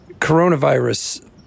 coronavirus